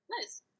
Nice